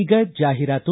ಈಗ ಜಾಹಿರಾತು